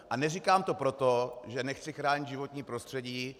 A neříkám to proto, že nechci chránit životní prostředí.